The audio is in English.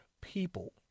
people